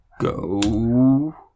Go